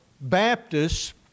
Baptists